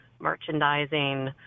merchandising